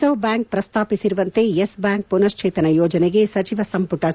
reserve bank ಪ್ರಸ್ತಾಪಿಸಿರುವಂತೆ Yes Bank ಪುನಶ್ವೇತನ ಯೋಜನೆಗೆ ಸಚಿವ ಸಂಪುಟ ಸಮ್ಹತಿ